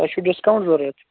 تۄہہ چھُو ڈِسکاوُنٛٹ ضوٚرَتھ